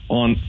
on